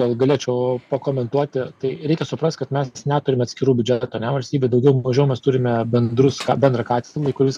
gal galėčiau pakomentuoti tai reikia suprast kad mes neturim atskirų biudžeto ane valstybė daugiau mažiau mes turime bendrus bendrą katilą į kurius